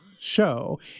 show